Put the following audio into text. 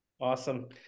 Awesome